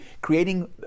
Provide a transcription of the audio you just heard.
Creating